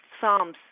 Psalms